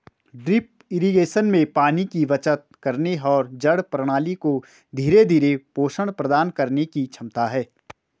drip irrigation में पानी की बचत करने और जड़ प्रणाली को धीरे धीरे पोषण प्रदान करने की क्षमता है